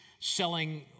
selling